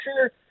sure